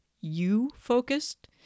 you-focused